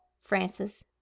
Francis